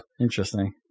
interesting